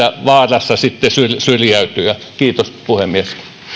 vaarassa sitten syrjäytyä kiitos puhemies